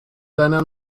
deiner